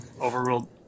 overruled